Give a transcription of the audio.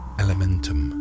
elementum